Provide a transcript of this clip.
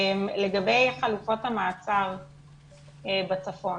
לגבי חלופת המעצר בצפון,